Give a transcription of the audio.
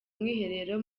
umwiherero